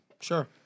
sure